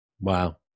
Wow